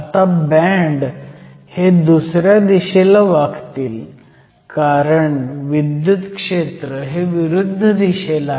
आता बँड हे दुसऱ्या दिशेला वाकतील कारण विद्युत क्षेत्र हे विरुद्ध दिशेला आहे